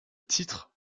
titre